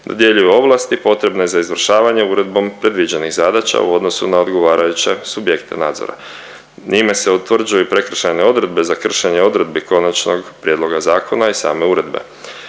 dodjeljuju ovlasti potrebne za izvršavanje uredbom predviđenih zadaća u odnosu na odgovarajuće subjekte nadzora. Njime se utvrđuju i prekršajne odredbe za kršenje odredbi konačnog prijedloga zakona i same uredbe.